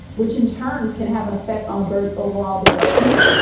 which in turn can have an effect on a bird's overall development?